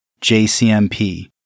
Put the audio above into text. JCMP